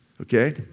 okay